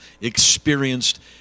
experienced